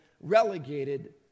relegated